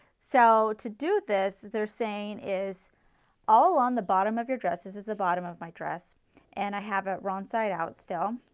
so to do this there saying is all on the bottom of your dresses is the bottom of dress and i have it wrong side out still.